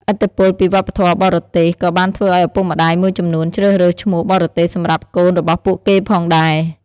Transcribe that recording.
ឥទ្ធិពលពីវប្បធម៌បរទេសក៏បានធ្វើឱ្យឪពុកម្តាយមួយចំនួនជ្រើសរើសឈ្មោះបរទេសសម្រាប់កូនរបស់ពួកគេផងដែរ។